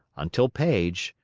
until paige,